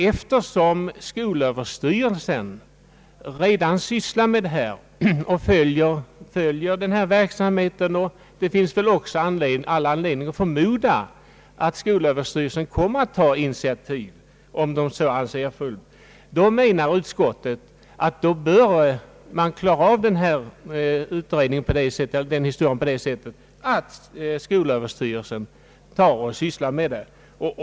Eftersom skolöverstyrelsen redan sysslar med detta problem och följer verksamheten, finns det all anledning förmoda att skolöverstyrelsen kommer att ta initiativ, om så anses erforderligt. Utskottet menar att man bör klara av denna sak på det sättet att skolöverstyrelsen får syssla med frågan.